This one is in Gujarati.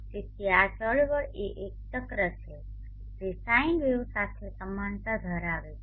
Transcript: તેથી આ ચળવળ એ એક ચક્ર છે જે સાઇન વેવ સાથે સમાનતા ધરાવે છે